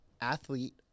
Athlete